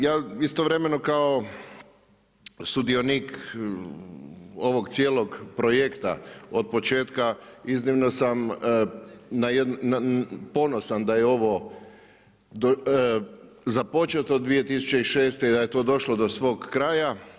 Ja istovremeno kao sudionik ovog cijelog projekta od početka iznimno sam ponosan da je ovo započeto 2006. i da je to došlo do svog kraja.